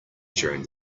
during